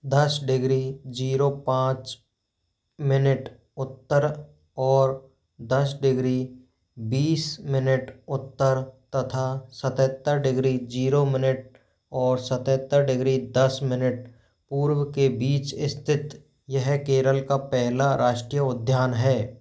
दस degree zero पाँच minute उत्तर और दस डिग्री बीस मिनट उत्तर तथा सतहत्तर डिग्री जीरो मिनट और सतहत्तर डिग्री दस मिनट पूर्व के बीच स्थित यह केरल का पहला राष्ट्रीय उद्यान है